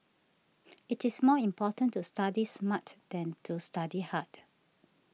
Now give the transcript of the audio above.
it is more important to study smart than to study hard